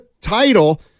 title